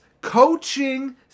coaching